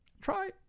Try